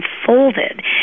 unfolded